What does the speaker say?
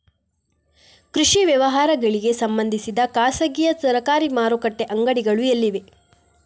ಕೃಷಿ ವ್ಯವಹಾರಗಳಿಗೆ ಸಂಬಂಧಿಸಿದ ಖಾಸಗಿಯಾ ಸರಕಾರಿ ಮಾರುಕಟ್ಟೆ ಅಂಗಡಿಗಳು ಎಲ್ಲಿವೆ?